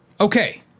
Okay